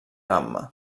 gamma